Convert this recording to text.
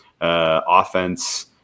offense